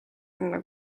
enne